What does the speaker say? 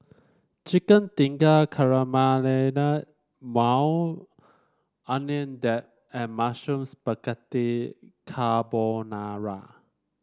Chicken Tikka Maui Onion Dip and Mushroom Spaghetti Carbonara